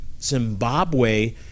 Zimbabwe